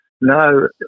no